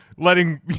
letting